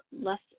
less